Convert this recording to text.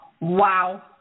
Wow